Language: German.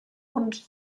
und